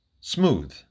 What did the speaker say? smooth